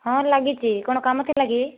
ହଁ ଲାଗିଛି କ'ଣ କାମ ଥିଲା କି